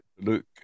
look